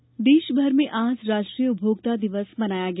उपभोक्ता दिवस देशभर में आज राष्ट्रीय उपभोक्ता दिवस मनाया गया